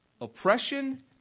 oppression